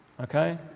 Okay